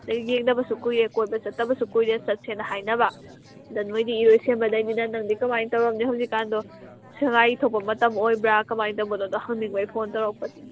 ꯑꯗꯨꯗꯩ ꯌꯦꯡꯗꯕꯁꯨ ꯀꯨꯏꯔꯦ ꯀꯣꯏꯕ ꯆꯠꯇꯕꯁꯨ ꯀꯨꯏꯔꯦ ꯆꯠꯁꯦꯅ ꯍꯥꯏꯅꯕ ꯑꯗꯨꯗ ꯅꯣꯏꯗꯤ ꯏꯔꯣꯏꯁꯦꯝꯕꯗꯩꯅꯤꯅ ꯅꯪꯗꯤ ꯀꯃꯥꯏꯅ ꯇꯧꯔꯝꯅꯤ ꯍꯧꯖꯤꯛꯀꯥꯟꯗꯣ ꯁꯉꯥꯏ ꯊꯣꯛꯄ ꯃꯇꯝ ꯑꯣꯏꯕ꯭ꯔꯥ ꯀꯃꯥꯏꯅ ꯇꯧꯕꯅꯣꯗꯣ ꯍꯪꯅꯤꯡꯕꯒꯤ ꯐꯣꯟ ꯇꯧꯔꯛꯄꯅꯦ